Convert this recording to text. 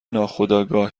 ناخودآگاه